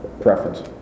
preference